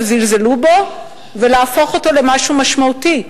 זלזלו בו ולהפוך אותו למשהו משמעותי,